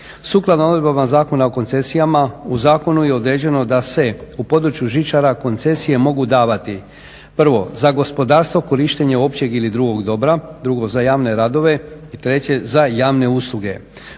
Sukladno odredbama Zakona o koncesijama u zakonu je određeno da se u području žičara koncesije mogu davati, prvo za gospodarstvo korištenje općeg ili drugog dobra, drugo za javne radove i treće, za javne usluge.